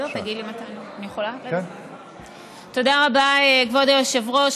תודה רבה, כבוד היושב-ראש.